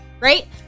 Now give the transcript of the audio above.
right